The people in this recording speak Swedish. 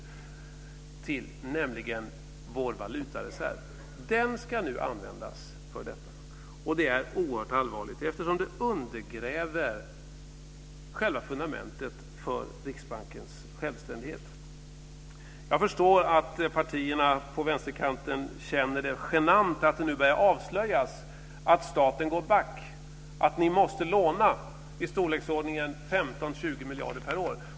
Det är vår valutareserv. Den ska nu användas för detta. Det är oerhört allvarligt eftersom det undergräver själva fundamentet för Riksbankens självständighet. Jag förstår att partierna på vänsterkanten känner det genant att det nu börjar avslöjas att staten går back, och att ni måste låna i storleksordningen 15-20 miljarder per år.